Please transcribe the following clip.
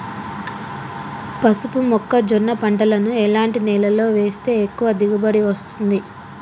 పసుపు మొక్క జొన్న పంటలను ఎలాంటి నేలలో వేస్తే ఎక్కువ దిగుమతి వస్తుంది?